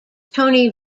tony